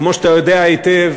כמו שאתה יודע היטב,